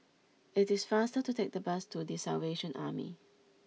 it is faster to take the bus to The Salvation Army